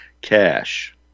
cash